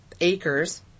Acres